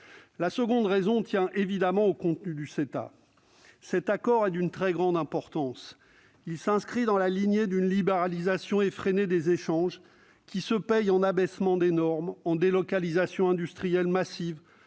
La deuxième raison tient évidemment au contenu du CETA. Cet accord est d'une très grande importance. Il s'inscrit dans la lignée d'une libéralisation effrénée des échanges, qui se paie en abaissement des normes, en délocalisations industrielles massives,